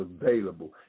available